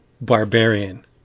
barbarian